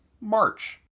March